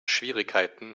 schwierigkeiten